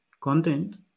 content